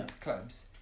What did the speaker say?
clubs